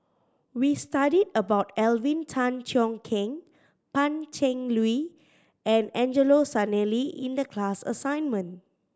we studied about Alvin Tan Cheong Kheng Pan Cheng Lui and Angelo Sanelli in the class assignment